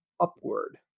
upward